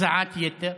הזעת יתר,